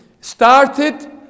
started